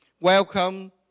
welcome